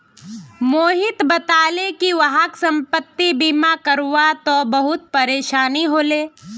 मोहित बताले कि वहाक संपति बीमा करवा त बहुत परेशानी ह ले